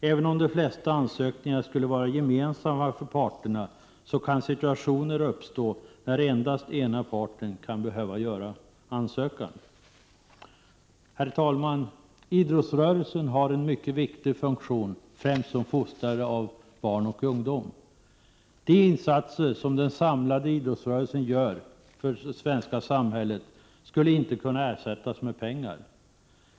Även om de flesta ansökningarna skulle vara gemensamma för parterna, kan situationer uppstå när endast ena parten kan behöva göra ansökan. Herr talman! Idrottsrörelsen fyller en mycket viktig funktion, främst som fostrare av barn och ungdom. De insatser som den samlade idrottsrörelsen gör för det svenska samhället skulle inte kunna ersättas med pengar.